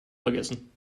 vergessen